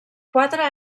quatre